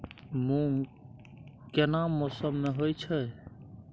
मूंग केना मौसम में होय छै?